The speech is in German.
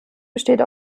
besteht